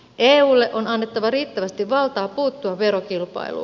eulle on annettava riittävästi valtaa puuttua verokilpailuun